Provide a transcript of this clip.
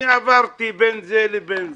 אני עברתי בין זה לבין זה,